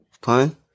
Pun